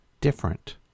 different